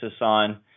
on